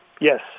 Yes